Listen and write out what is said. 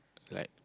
like